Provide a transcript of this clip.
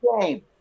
game